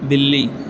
بلّی